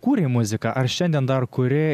kūrei muziką ar šiandien dar kuri